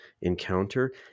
encounter